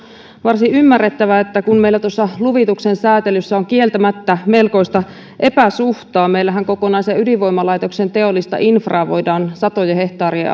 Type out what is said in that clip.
varsin ymmärrettävä että meillä tuossa luvituksen säätelyssä on kieltämättä melkoista epäsuhtaa meillähän kokonaisen ydinvoimalaitoksen teollista infraa voidaan satojen hehtaarien